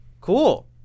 cool